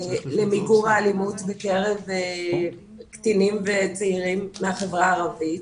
למיגור האלימות בקרב קטינים וצעירים מהחברה הערבית.